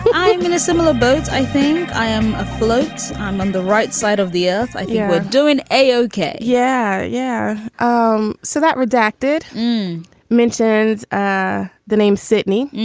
i'm in a similar boat. i think i am a float. i'm on the right side of the earth. i think we're doing a-okay. yeah. yeah um so that redacted mentions ah the name sydney.